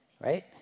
right